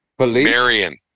Marion